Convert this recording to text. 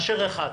נאשר אחד.